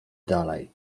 dalej